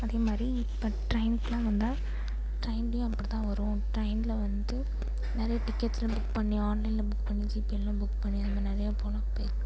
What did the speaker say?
அதே மாதிரி இப்போ ட்ரெயின்க்குலாம் வந்தால் ட்ரெயின்லேயும் அப்படி தான் வரும் ட்ரெயினில் வந்து நிறைய டிக்கெட்ஸ் எல்லாம் புக் பண்ணி ஆன்லைனில் புக் பண்ணி ஜிபேவிலலாம் புக் பண்ணி நம்ம நிறைய போகலாம் பே